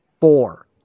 four